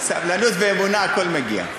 סבלנות ואמונה, הכול מגיע,